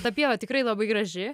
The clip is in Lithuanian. ta pieva tikrai labai graži